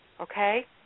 Okay